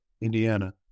Indiana